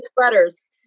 sweaters